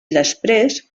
després